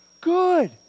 good